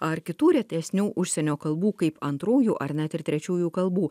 ar kitų retesnių užsienio kalbų kaip antrųjų ar net ir trečiųjų kalbų